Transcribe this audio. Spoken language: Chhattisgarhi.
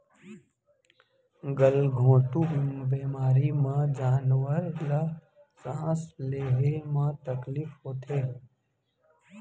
गल घोंटू बेमारी म जानवर ल सांस लेहे म तकलीफ होथे